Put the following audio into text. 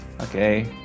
Okay